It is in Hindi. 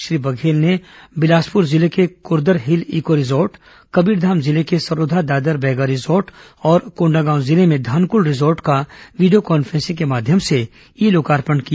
श्री बंघेल ने बिलासपुर जिले के Kardar hill eco resort Kabirdham जिले के सरोघा दादर बैगा रिसॉर्ट और कोंडागांव जिले में धनकुल रिसॉर्ट का वीडियो कॉन्फ्रेंसिंग के माध्यम से ई लोकार्पण किया